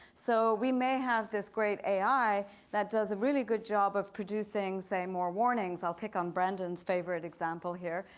so we may have this great ai that does a really good job of producing say more warnings. i'll pick on brandon's favorite example here.